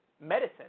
medicine